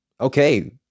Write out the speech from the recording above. okay